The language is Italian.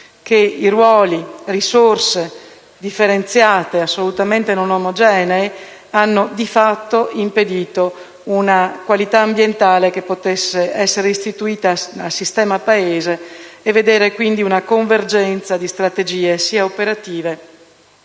che ruoli e risorse differenziate e assolutamente non omogenee hanno di fatto impedito che la qualità ambientale potesse essere istituita a sistema Paese, con una convergenza di strategie operative